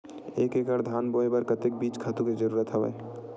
एक एकड़ धान बोय बर कतका बीज खातु के जरूरत हवय?